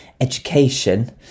education